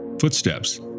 footsteps